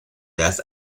death